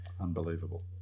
Unbelievable